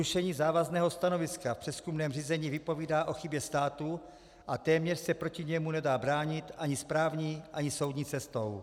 Zrušení závazného stanoviska v přezkumném řízení vypovídá o chybě státu a téměř se proti němu nedá bránit ani správní, ani soudní cestou.